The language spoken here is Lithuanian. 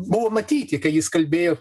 buvo matyti kad jis kalbėjo